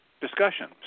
discussion